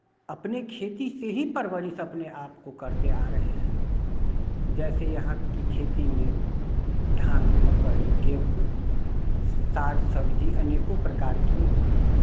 अपने खेती से ही परवरिश अपने आप को करते आ रहे हैं जैसे यहाँ की खेती में धान मकई गेहूँ साग सब्जी अनेकों प्रकार की